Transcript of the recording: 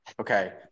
Okay